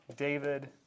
David